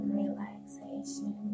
relaxation